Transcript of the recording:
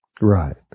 Right